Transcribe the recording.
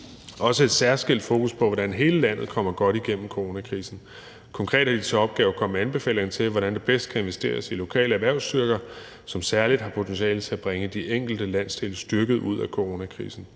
også et særskilt fokus på, hvordan hele landet kommer godt igennem coronakrisen. Konkret har de til opgave at komme med anbefalinger til, hvordan der bedst kan investeres i lokale erhvervsstyrker, som særlig har potentiale til at bringe de enkelte landsdele styrket ud af coronakrisen.